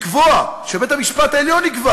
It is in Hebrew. לקבוע" שבית-המשפט העליון יקבע